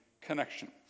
connection